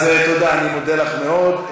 אז תודה, אני מודה לך מאוד.